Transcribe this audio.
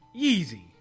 Yeezy